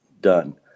done